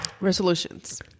Resolutions